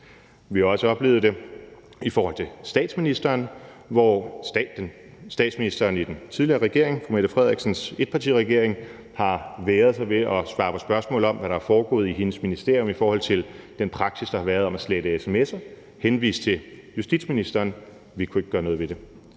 Vi har også oplevet det i forhold til statsministeren, hvor statsministeren i den tidligere regering – fru Mette Frederiksens etpartiregering – har vægret sig ved at svare på spørgsmål om, hvad der er foregået i hendes ministerium i forhold til den praksis, der har været, om at slette sms'er, og har henvist til justitsministeren. Vi kunne ikke gøre noget ved det.